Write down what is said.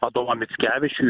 adomą mickevičių